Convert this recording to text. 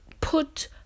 put